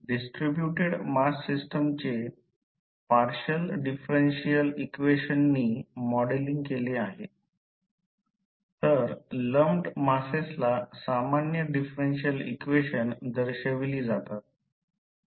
distributed mass सिस्टमचे partial differential इक्वेशननी modelling केले आहे तर लम्पड मासेसला सामान्य डिफरेन्शिअल इक्वेशन दर्शविली जातात